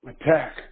Attack